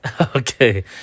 okay